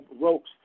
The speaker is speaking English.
ropes